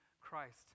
Christ